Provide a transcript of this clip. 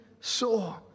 saw